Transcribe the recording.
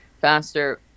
faster